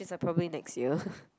it's like probably next year